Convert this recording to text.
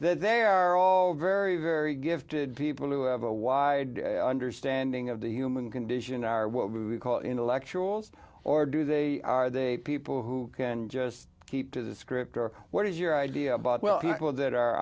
they're all very very gifted people who have a wide understanding of the human condition are what we call intellectuals or do they are they people who can just keep to the script or what is your idea about well all of that are